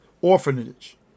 orphanage